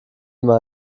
immer